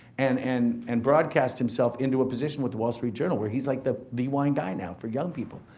and and and broadcast himself into a position with the wall street journal, where he's like, the the wine guy now for young people.